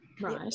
Right